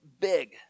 big